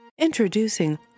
Introducing